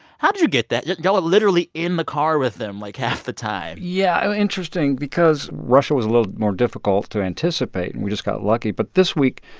how did you get that? y'all are literally in the car with them, like, half the time yeah interesting because russia was a little more difficult to anticipate, and we just got lucky. but this week,